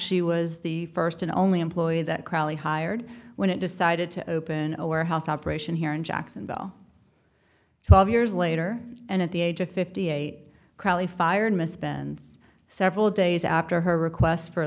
she was the first and only employee that crowley hired when it decided to open a warehouse operation here in jacksonville twelve years later and at the age of fifty eight crowley fired misspend several days after her request for